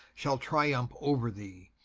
shall triumph over thee.